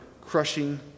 crushing